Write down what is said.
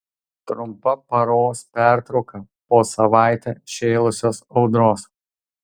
trumpa paros pertrauka po savaitę šėlusios audros